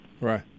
Right